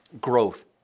growth